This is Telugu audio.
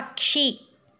పక్షి